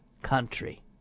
Country